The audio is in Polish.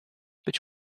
być